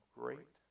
great